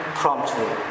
promptly